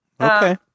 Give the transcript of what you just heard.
Okay